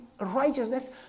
righteousness